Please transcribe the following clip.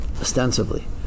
ostensibly